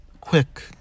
quick